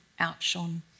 outshone